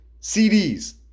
CDs